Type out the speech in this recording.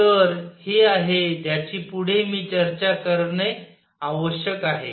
तर हे आहे ज्याची पुढे मी चर्चा करणे आवश्यक आहे